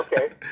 okay